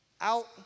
Out